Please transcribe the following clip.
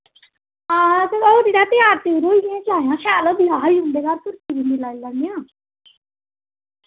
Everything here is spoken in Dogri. हां ते और तै त्यार त्यूर होइयै जायां शैल ब्याह् ही उं'दे घर सुर्ख बिंदी लाई लैनेआं